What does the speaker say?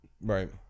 Right